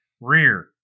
Rear